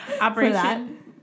Operation